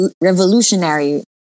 revolutionary